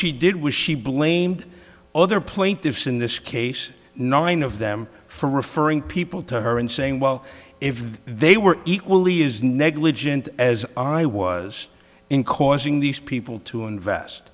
she did was she blamed other plaintiffs in this case nine of them for referring people to her and saying well if they were equally is negligent as i was in causing these people to invest